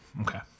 Okay